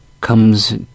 comes